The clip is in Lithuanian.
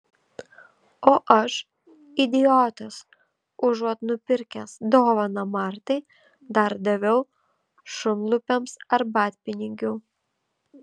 o aš idiotas užuot nupirkęs dovaną martai dar daviau šunlupiams arbatpinigių